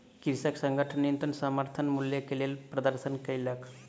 कृषक संगठन न्यूनतम समर्थन मूल्य के लेल प्रदर्शन केलक